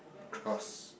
crust